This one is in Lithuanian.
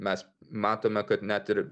mes matome kad net ir